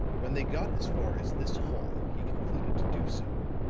when they got as far as this hall, he concluded to do so